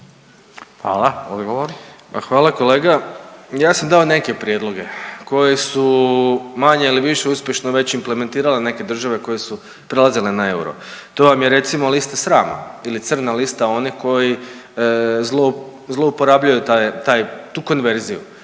(Nezavisni)** Hvala kolega. I ja sam dao neke prijedloge koje su manje ili više uspješno već implementirale neke države koje su prelazile na euro. To vam je je recimo lista srama ili crna lista onih koji zlouporabljuju tu konverziju.